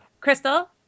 Crystal